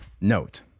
note